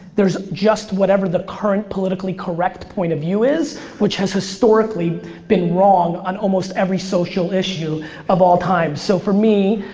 there's just whatever the current politically correct point of view is which has historically been wrong on almost every social issue of all time. so for me,